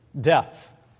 death